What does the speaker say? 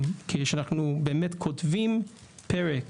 כשאנחנו באים כותבים פרק